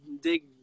dig